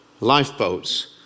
lifeboats